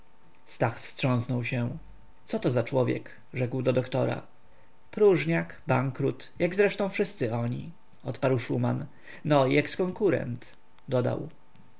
stach wstrząsnął się coto za człowiek rzekł do doktora próżniak bankrut jak zresztą wszyscy oni odparł szuman no i eks-konkurent dodał